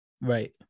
Right